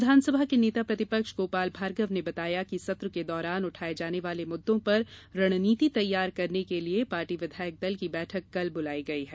विधानसभा के नेता प्रतिपक्ष गोपाल भार्गव ने बताया कि सत्र के दौरान उठाये जाने वाले मुद्दों पर रणनीति तैयार करने के लिये पार्टी विधायक दल की बैठक कल बुलायी गयी है